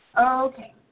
Okay